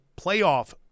playoff